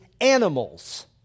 animals